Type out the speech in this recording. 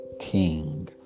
King